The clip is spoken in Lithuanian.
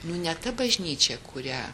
nu ne ta bažnyčia kurią